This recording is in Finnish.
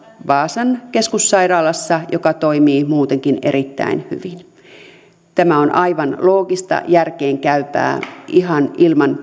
vaasan keskussairaalassa joka toimii muutenkin erittäin hyvin tämä on aivan loogista järkeenkäypää ihan ilman